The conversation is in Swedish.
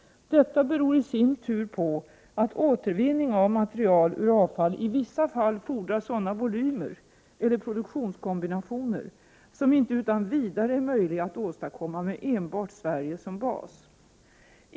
Detta beror i sin tur på att ätervinning av material ur avfall i vissa fall fordrar sådana volymer eller produktionskombinationer som inte utan vidare är möjliga att åstadkomma med enbart Sverige som bas.